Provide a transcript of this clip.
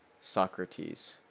Socrates